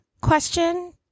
question